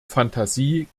phantasie